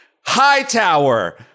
Hightower